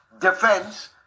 Defense